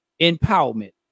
Empowerment